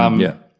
um yeah.